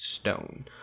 stone